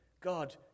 God